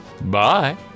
Bye